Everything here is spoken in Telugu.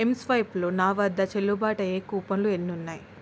ఎంస్వైప్లో నా వద్ద చెల్లుబాటయ్యే కూపన్లు ఎన్నున్నాయి